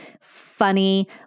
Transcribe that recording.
funny